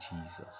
Jesus